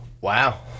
Wow